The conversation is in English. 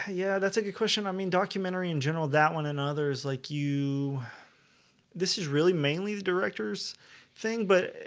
yeah, that's a good question. i mean documentary and general that one and others like you this is really mainly the directors thing. but